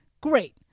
great